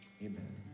Amen